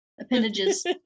appendages